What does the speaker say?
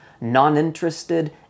non-interested